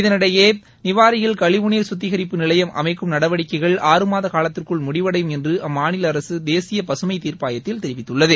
இதனிடடயே நிவாரியில் கழிவுநீர் சுத்திகரிப்பு நிவையம் அமைக்கும் நடவடிக்கைகள் ஆறு மாத காலத்திற்குள் முடிவடையும் என்று அம்மாநில அரசு தேசிய பசுமை தீர்ப்பாயத்தில் தெரிவித்துள்ளது